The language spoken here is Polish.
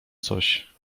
coś